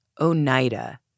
Oneida